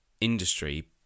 industry